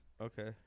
Okay